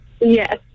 Yes